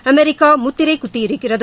America முத்திரை குத்தியிருக்கிறது